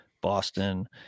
boston